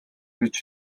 гэж